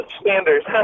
Standards